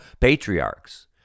patriarchs